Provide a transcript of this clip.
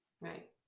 Right